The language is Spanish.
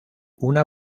una